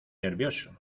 nervioso